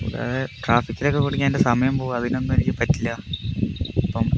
വേറെ ട്രാഫിക്കിലൊക്കെ കുടുങ്ങിയാൾ എൻ്റെ സമയം പോകും അതിനൊന്നും എനിക്ക് പറ്റില്ല അപ്പം